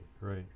right